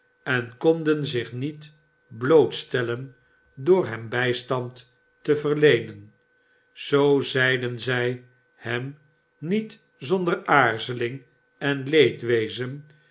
en konden zich niet blootstellen door hem bijstand te verleenen zoo zeiden zij hem niet zonder aarzeling en